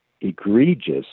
egregious